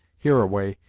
hereaway,